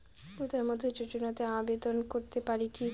প্রধানমন্ত্রী যোজনাতে আবেদন করতে পারি কি?